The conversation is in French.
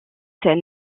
scène